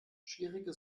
schwierige